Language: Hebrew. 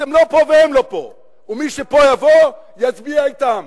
אתם לא פה והם לא פה, ומי שיבוא לפה, יצביע אתם.